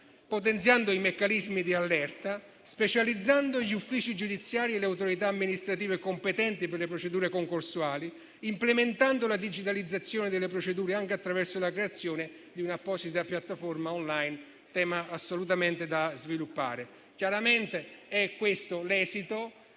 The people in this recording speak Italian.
potenziando i meccanismi di allerta; specializzando gli uffici giudiziari e le autorità amministrative competenti per le procedure concorsuali; implementando la digitalizzazione delle procedure, anche attraverso la creazione di un'apposita piattaforma *online*, tema assolutamente da sviluppare. Chiaramente questo è l'esito